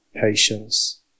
patience